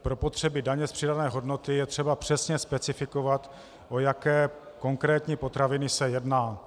Pro potřeby daně z přidané hodnoty je třeba přesně specifikovat, o jaké konkrétní potraviny se jedná.